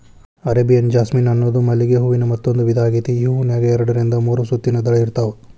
Arabian jasmine ಅನ್ನೋದು ಮಲ್ಲಿಗೆ ಹೂವಿನ ಮತ್ತಂದೂ ವಿಧಾ ಆಗೇತಿ, ಈ ಹೂನ್ಯಾಗ ಎರಡರಿಂದ ಮೂರು ಸುತ್ತಿನ ದಳ ಇರ್ತಾವ